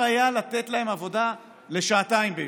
לתת להם עבודה לשעתיים ביום,